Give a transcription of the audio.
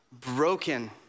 broken